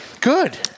Good